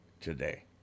today